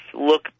look